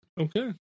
Okay